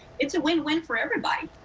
it's a win-win for everybody.